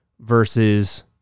versus